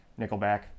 nickelback